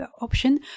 option